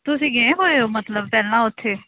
ਤੁਸੀਂ ਗਏ ਹੋਏ ਹੋ ਮਤਲਬ ਪਹਿਲਾਂ ਉੱਥੇ